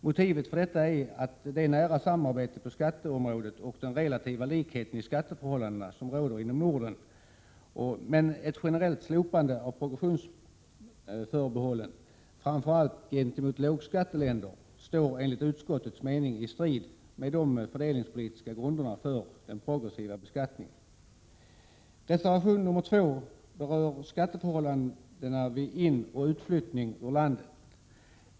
Motivet härför är det nära samarbete på skatteområdet och den relativa likhet i skatteförhållandena som råder inom Norden. Ett generellt slopande av progressionsförbehållet, framför allt gentemot lågskatteländer, står enligt utskottets mening i strid med de fördelningspolitiska grunderna för den progressiva beskattningen. Reservation 2 berör skatteförhållandena vid inflyttning i och utflyttning ur landet.